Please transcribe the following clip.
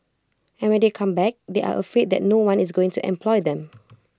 and when they come back they are afraid that no one is going to employ them